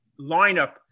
lineup